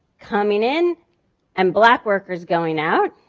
coming in and black workers going out.